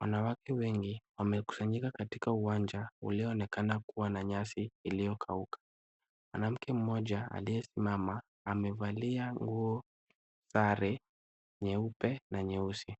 Wanawake wengi wamekusanyika katika uwanja ulio onekana kuwa na nyasi iliyokauka. Mwanamke mmoja aliyesimama amevalia nguo, sare nyeupe na nyeusi.